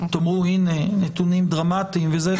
תאמרו הנה נתונים דרמטיים וזה.